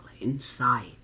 inside